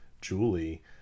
julie